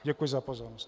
Děkuji za pozornost.